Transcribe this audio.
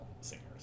singers